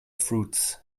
fruits